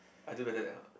I do better than her